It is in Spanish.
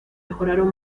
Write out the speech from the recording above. mejoraron